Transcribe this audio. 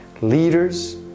Leaders